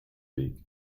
league